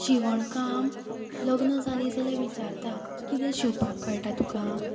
शिंवण काम लग्न जाली जाल्या विचारता कितें शिंवपाक कळटा तुका